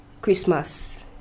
Christmas